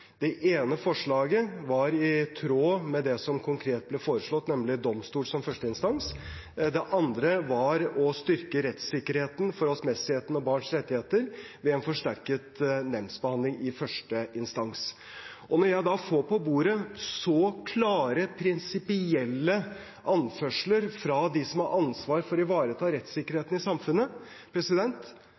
Det ene forslaget var i tråd med det som konkret ble foreslått, nemlig domstol som første instans. Det andre var å styrke rettssikkerheten, forholdsmessigheten og barns rettigheter ved en forsterket nemndsbehandling i første instans. Når jeg da får på bordet så klare, prinsipielle anførsler fra dem som har ansvar for å ivareta rettssikkerheten i samfunnet,